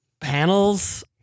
panels